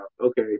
Okay